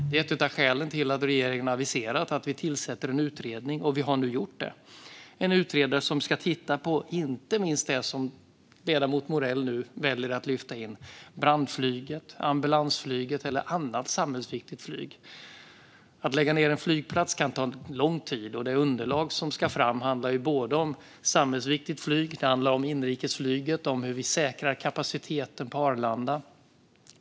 Det är ett av skälen till att regeringen aviserade att vi skulle tillsätta en utredning, och vi har nu gjort det. Utredaren ska titta på inte minst det som ledamoten Morell nu väljer att lyfta fram, nämligen brandflyget, ambulansflyget och annat samhällsviktigt flyg. Att lägga ned en flygplats kan ta lång tid. Det underlag som ska tas fram handlar om samhällsviktigt flyg, om inrikesflyget och om hur vi säkrar kapaciteten på Arlanda.